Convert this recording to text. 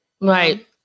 Right